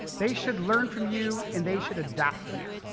they should learn from you and they should adapt to you.